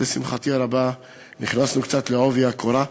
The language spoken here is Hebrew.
שלשמחתי הרבה, נכנסנו קצת בעובי הקורה,